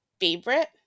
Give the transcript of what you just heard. favorite